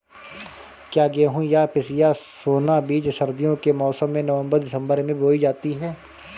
क्या गेहूँ या पिसिया सोना बीज सर्दियों के मौसम में नवम्बर दिसम्बर में बोई जाती है?